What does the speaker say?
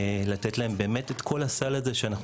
לתת להם את כל הסל הזה על מנת שהם